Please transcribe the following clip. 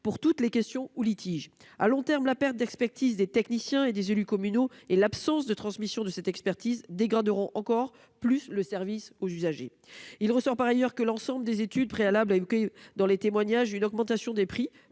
ou toutes les questions. À long terme, la perte d'expertise des techniciens et des élus communaux et l'absence de transmission de cette expertise conduiront à dégrader encore plus le service aux usagers. Il ressort par ailleurs de l'ensemble des études préalables et des témoignages recueillis une augmentation des prix